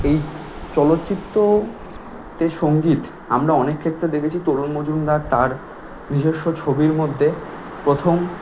এই চলচ্চিত্রতে সঙ্গীত আমরা অনেক ক্ষেত্রে দেখেছি তরুণ মজুমদার তার নিজস্ব ছবির মধ্যে প্রথম